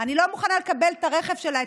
אני לא מוכנה לקבל את הרכב שלה,